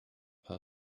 her